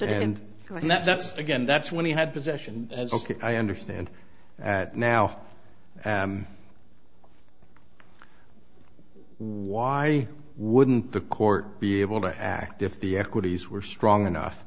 that's again that's when he had possession as ok i understand that now why wouldn't the court be able to act if the equities were strong enough